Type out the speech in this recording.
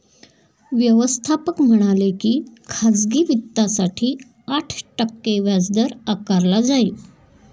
व्यवस्थापक म्हणाले की खाजगी वित्तासाठी आठ टक्के व्याजदर आकारला जाईल